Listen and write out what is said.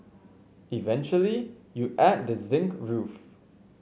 eventually you add the zinc roof